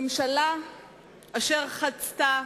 ממשלה אשר חצתה